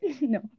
No